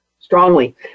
Strongly